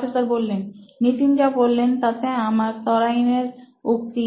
professor Nitin যা বললেন তাতে আমার ত্বয়াইনের উক্তি